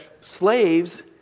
slaves